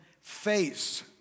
face